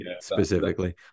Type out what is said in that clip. specifically